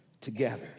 together